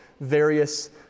various